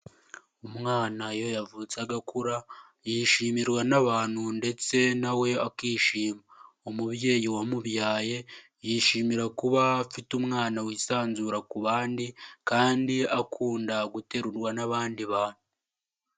Umwana iyo yavutse agakura yishimirwa n'abantu ndetse nawe akishima, umubyeyi wamubyaye yishimira kuba afite umwana wisanzura ku bandi kandi akunda guterurwa n'abandi bantu.